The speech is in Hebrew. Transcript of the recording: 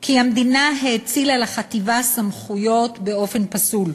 כי המדינה האצילה לחטיבה סמכויות באופן פסול,